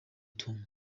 tunga